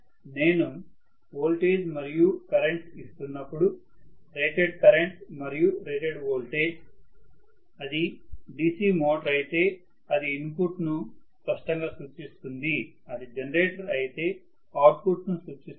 నేను వోల్టేజ్ మరియు కరెంట్ ఇస్తున్నప్పుడు రేటెడ్ కరెంట్ మరియు రేటెడ్ వోల్టేజ్ అది DC మోటారు అయితే అది ఇన్పుట్ను స్పష్టంగా సూచిస్తుంది అది జనరేటర్ అయితే అవుట్పుట్ ను సూచిస్తుంది